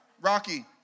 Rocky